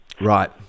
Right